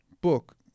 book